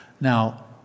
Now